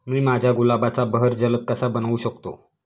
मी माझ्या गुलाबाचा बहर जलद कसा बनवू शकतो?